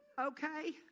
Okay